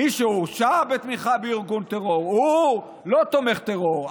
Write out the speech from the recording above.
מי שהורשע בתמיכה בארגון טרור הוא לא תומך טרור,